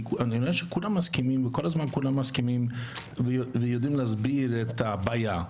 כי נראה שכולם מסכימים וכל הזמן כולם מסכימים ויודעים להסביר את הבעיה,